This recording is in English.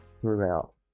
throughout